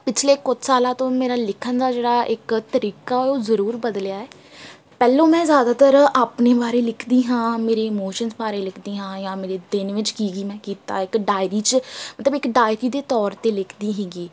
ਪਿਛਲੇ ਕੁਛ ਸਾਲਾਂ ਤੋਂ ਮੇਰਾ ਲਿਖਣ ਦਾ ਜਿਹੜਾ ਇੱਕ ਤਰੀਕਾ ਉਹ ਜ਼ਰੂਰ ਬਦਲਿਆ ਪਹਿਲਾਂ ਮੈਂ ਜ਼ਿਆਦਾਤਰ ਆਪਣੇ ਬਾਰੇ ਲਿਖਦੀ ਹਾਂ ਮੇਰੇ ਇਮੋਸ਼ਨ ਬਾਰੇ ਲਿਖਦੀ ਹਾਂ ਜਾਂ ਮੇਰੇ ਦਿਨ ਵਿੱਚ ਕੀ ਕੀ ਮੈਂ ਕੀਤਾ ਇੱਕ ਡਾਇਰੀ 'ਚ ਮਤਲਬ ਇੱਕ ਡਾਇਕੀ ਦੇ ਤੌਰ 'ਤੇ ਲਿਖਦੀ ਸੀਗੀ